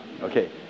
Okay